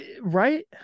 Right